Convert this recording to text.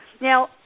Now